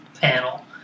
panel